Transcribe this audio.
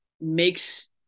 makes